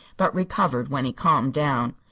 but recovered when he calmed down.